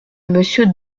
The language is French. monsieur